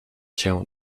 cię